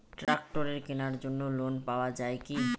ট্রাক্টরের কেনার জন্য লোন পাওয়া যায় কি?